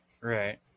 Right